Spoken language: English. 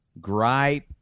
gripe